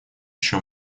еще